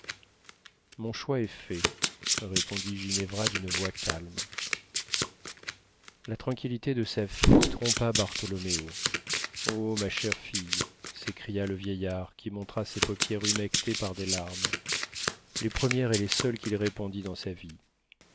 mon choix est fait répondit ginevra d'une voix calme la tranquillité de sa fille trompa bartholoméo o ma chère fille s'écria le vieillard qui montra ses paupières humectées par des larmes les premières et les seules qu'il répandit dans sa vie